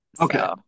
Okay